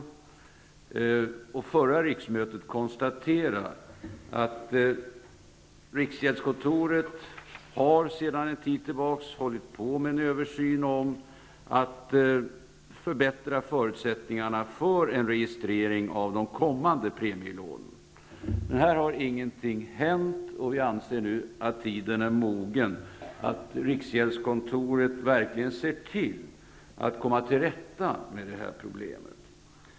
Under förra riksmötet konstaterades att riksgäldskontoret sedan en tid tillbaka har hållit på med en översyn av bl.a. förutsättningarna för en registrering av kommande premielån. Men ännu har ingenting hänt, och vi anser därför att tiden nu är mogen för riksgäldskontoret att verkligen se till att komma till rätta med detta problem.